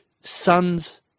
son's